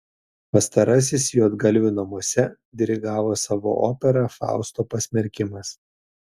pastarasis juodgalvių namuose dirigavo savo operą fausto pasmerkimas